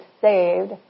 saved